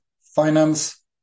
finance